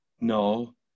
No